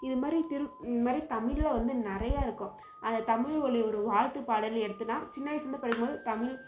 இது மாதிரி திரும் இந்த மாதிரி தமிழில் வந்து நிறையா இருக்கும் அது தமிழ்மொழி ஒரு வாழ்த்து பாடல் எடுத்தோன்னா சின்ன வயிசுலருந்து படிக்கும் போது தமிழ்